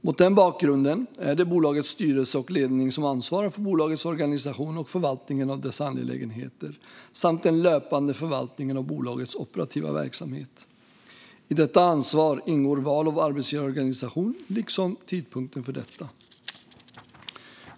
Mot den bakgrunden är det bolagets styrelse och ledning som ansvarar för bolagets organisation och förvaltningen av dess angelägenheter samt den löpande förvaltningen av bolagets operativa verksamhet. I detta ansvar ingår val av arbetsgivarorganisation liksom tidpunkten för detta.